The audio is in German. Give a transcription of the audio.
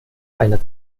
einer